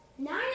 Nine